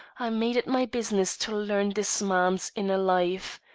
i made it my business to learn this man's inner life.